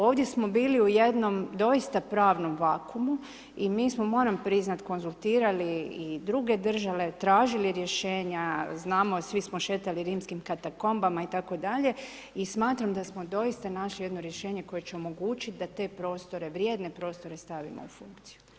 Ovdje smo bili doista u jednom pravnom vakuumu i mi smo moram, priznati konzultirati i druge države, tražili rješenja, znamo i svi smo šetali rimskim katakombama itd. i smatram da smo doista našli ijedno rješenje, koje će omogućiti da te prostore, vrijedne prostore stavimo u funkciju.